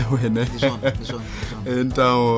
então